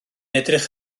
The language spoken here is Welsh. edrych